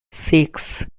six